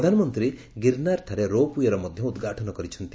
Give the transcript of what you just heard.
ପ୍ରଧାନମନ୍ତ୍ରୀ ଗିର୍ନାରଠାରେ ropeway ର ମଧ୍ୟ ଉଦ୍ଘାଟନ କରିଛନ୍ତି